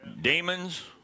Demons